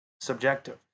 Subjective